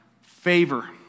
favor